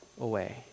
away